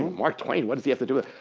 mark twain, what does he have to do with?